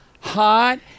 hot